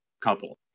couple